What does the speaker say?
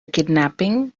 kidnapping